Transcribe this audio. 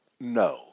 No